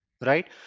right